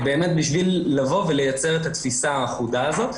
באמת בשביל לבוא וליצר את התפיסה האחודה הזו.